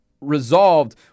resolved